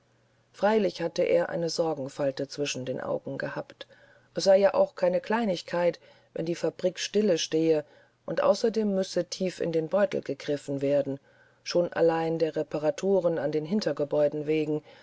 freilich habe er eine sorgenfalte zwischen den augen gehabt es sei ja auch keine kleinigkeit wenn die fabrik stille stehe und außerdem müsse tief in den beutel gegriffen werden schon allein der reparaturen an den hintergebäuden wegen